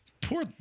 Poor